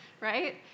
right